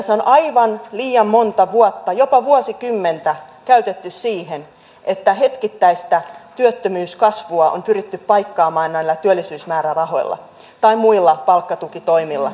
tässä on aivan liian monta vuotta jopa vuosikymmentä käytetty siihen että hetkittäistä työttömyyskasvua on pyritty paikkaamaan näillä työllisyysmäärärahoilla tai muilla palkkatukitoimilla